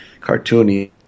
cartoony